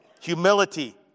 Humility